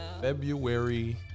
February